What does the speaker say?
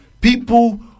people